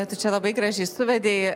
tu čia labai gražiai suvedei